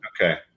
Okay